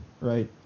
right